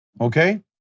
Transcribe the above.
Okay